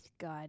god